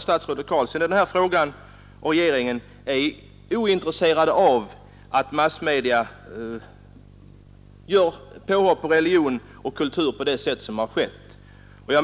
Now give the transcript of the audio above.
statsrådet Carlsson såsom ansvarig i denna fråga och regeringen är ointresserade av att massmedia gör påhopp på kultur och religion på det sätt som skedde i julkalendern.